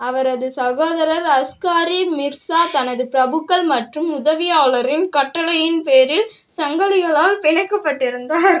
அவரது சகோதரர் அஸ்காரி மிர்சா தனது பிரபுக்கள் மற்றும் உதவியாளரின் கட்டளையின் பேரில் சங்கிலிகளால் பிணைக்கப்பட்டிருந்தார்